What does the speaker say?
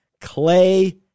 Clay